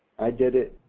i did it